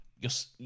yes